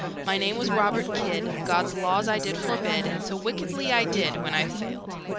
my name was robert kidd, god's laws i did forbid, and so wickedly i did, when i sailed.